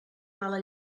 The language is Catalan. mala